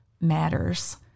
matters